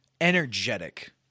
energetic